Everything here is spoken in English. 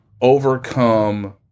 overcome